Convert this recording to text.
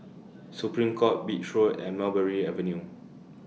Supreme Court Beach Road and Mulberry Avenue